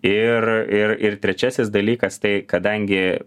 ir ir ir trečiasis dalykas tai kadangi